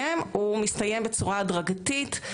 עצמנו למצב שבו יש לנו מדעי רוח פורחים.